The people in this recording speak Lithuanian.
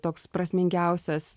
toks prasmingiausias